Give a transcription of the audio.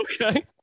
Okay